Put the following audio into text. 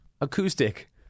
Acoustic